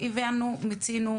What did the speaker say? הבאה אבקש לקבל אותו